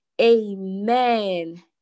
Amen